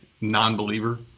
non-believer